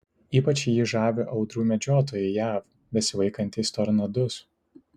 ypač jį žavi audrų medžiotojai jav besivaikantys tornadus